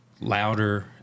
louder